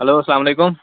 hello اسلام علیکُم